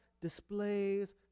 displays